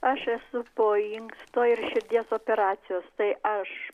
aš esu po inksto ir širdies operacijos tai aš